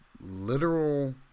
literal